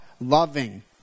Loving